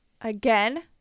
Again